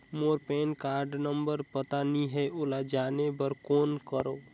मोर pan card number पता नहीं है, ओला जाने बर कौन करो?